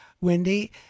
Wendy